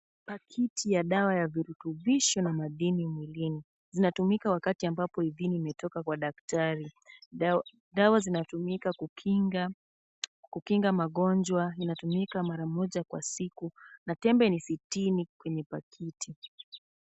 Pakiti ya dawa za virutubisho na madini mwilini. Vinatumika wakati ambapo idhini imetoka kwa daktari, dawa zinatumika kukinga magonjwa inatumika mara moja kwa siku na tembe ni sitini kwenye pakiti.